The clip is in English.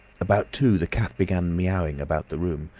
about two, the cat began miaowing about the room.